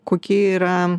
kokie yra